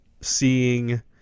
seeing